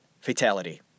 fatality